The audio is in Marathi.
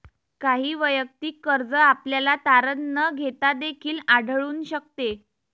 काही वैयक्तिक कर्ज आपल्याला तारण न घेता देखील आढळून शकते